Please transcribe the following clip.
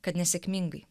kad nesėkmingai